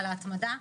על ההתמדה,